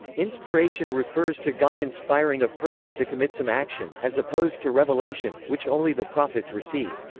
inspiration refers to god inspiring a person to commit some action, as opposed to revelation, which only the prophets received.